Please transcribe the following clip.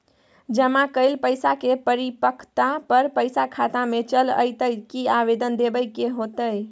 जमा कैल पैसा के परिपक्वता पर पैसा खाता में चल अयतै की आवेदन देबे के होतै?